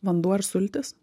vanduo ar sultys